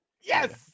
Yes